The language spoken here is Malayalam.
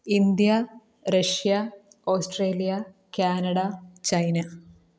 India Russia Australia Canada China